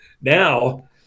now